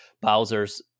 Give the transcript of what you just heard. Bowser's